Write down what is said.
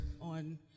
on